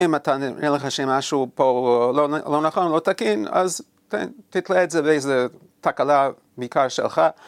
אם אתה נראה לך שמשהו פה לא נכון לא תקין, אז תתלה את זה באיזה תקלה, בעיקר שלך.